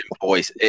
voice